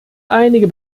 einige